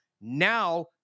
Now